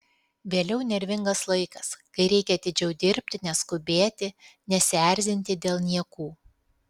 vėliau nervingas laikas kai reikia atidžiau dirbti neskubėti nesierzinti dėl niekų